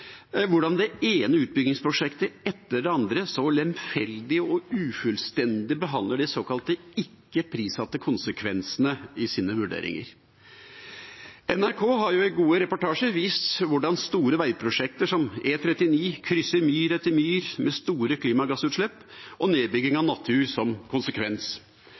hvordan det ene utbyggingsprosjektet etter det andre så lemfeldig og ufullstendig behandler de såkalt ikke-prissatte konsekvensene i sine vurderinger. NRK har i gode reportasjer vist hvordan store veiprosjekter som E39 krysser myr etter myr, med store klimagassutslipp og nedbygging av natur som konsekvens.